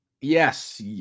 yes